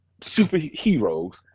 superheroes